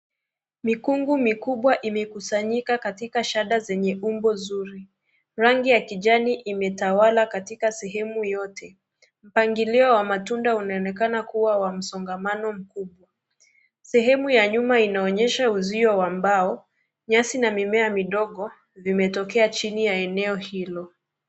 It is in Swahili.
Mikungu mikubwa imekusanyika katika shada zenye umbo nzuri, rangi ya kijani imetawala katika sehemu yote. Mpangilio wa matunda unaonekana kuwa wa msongamano mkubwa . Sehemu ya nyuma unaonyesha uzio wa mbao, nyasi na mimea midogo vimetokea chini ya eneo hilo.